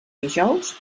dijous